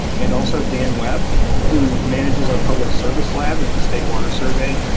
and also dan webb who manages our public service lab at the state water survey.